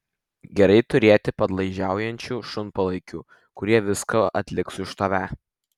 gerai turėti padlaižiaujančių šunpalaikių kurie viską atliks už tave